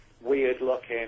weird-looking